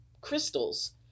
crystals